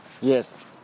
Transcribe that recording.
Yes